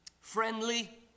friendly